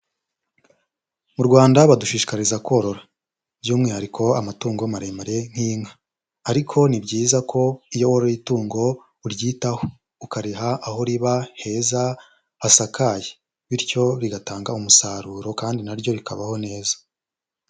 Mu Rwanda badushishikariza korora by'umwihariko amatungo maremare nk'inka, ariko ni byiza ko iyo woroye itungo uryitaho, ukariha aho riba heza hasakaye bityo rigatanga umusaruro kandi na ryo rikabaho neza.